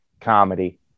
comedy